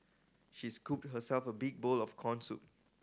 she scooped herself a big bowl of corn soup